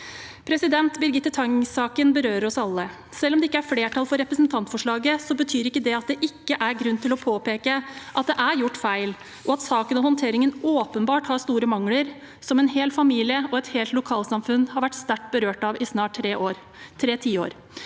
av 2024. Birgitte Tengs-saken berører oss alle. Selv om det ikke er flertall for representantforslaget, betyr ikke det at det ikke er grunn til å påpeke at det er gjort feil, og at saken og håndteringen åpenbart har store mangler, som en hel familie og et helt lokalsamfunn har vært sterkt berørt av i snart tre tiår.